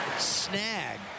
Snag